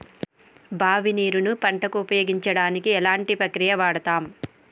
బావి నీరు ను పంట కు ఉపయోగించడానికి ఎలాంటి ప్రక్రియ వాడుతం?